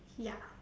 ya